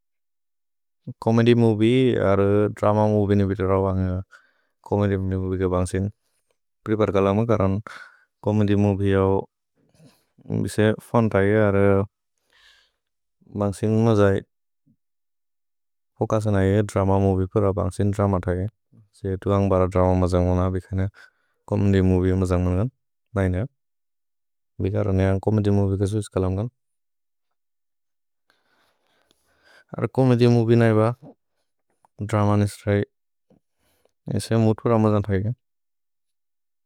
Comedy movie अर् drama movie नि बित र वन्ग् चोमेद्य् मोविए क बन्सिन् प्रिपद् कलमु करन् चोमेद्य् मोविए अव् बिसे फोन्त् है। अर् बन्सिन् मजए फोकसन् है द्रम मोविए पर बन्सिन् द्रम थै, से तुकन्ग् बर द्रम मजए न्गुन बिकेने चोमेद्य् मोविए मजए न्गुन नैन बिकर नेअन्ग् चोमेद्य् मोविए कसो इस् कलमु कन्।